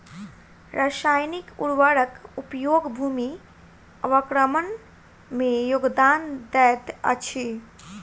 रासायनिक उर्वरक उपयोग भूमि अवक्रमण में योगदान दैत अछि